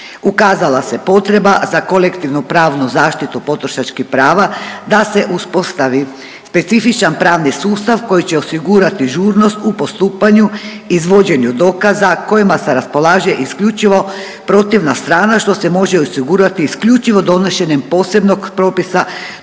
Ukazala se potreba za kolektivno-pravnu zaštitu potrošačkih prava da se uspostavi specifičan pravni sustav koji će osigurati žurnost u postupanju, izvođenju dokaza kojima se raspolaže isključivo protivna strana, što se može osigurati isključivo donošenjem posebnog propisa,